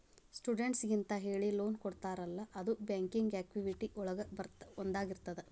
ಸ್ಟೂಡೆಂಟ್ಸಿಗೆಂತ ಹೇಳಿ ಲೋನ್ ಕೊಡ್ತಾರಲ್ಲ ಅದು ಬ್ಯಾಂಕಿಂಗ್ ಆಕ್ಟಿವಿಟಿ ಒಳಗ ಒಂದಾಗಿರ್ತದ